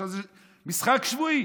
זה משחק שבועי